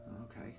Okay